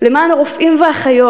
למען הרופאים והאחיות,